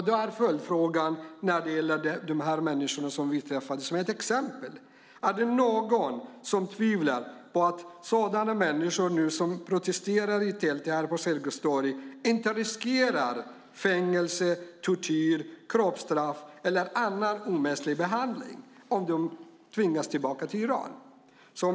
Då är följdfrågan när det som ett exempel gäller de människor som vi har träffat: Är det någon som tvivlar på att sådana människor som nu protesterar i tält på Sergels torg inte riskerar fängelse, tortyr, kroppsstraff eller annan omänsklig behandling om de tvingas tillbaka till Iran?